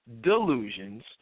delusions